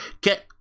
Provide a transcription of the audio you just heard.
get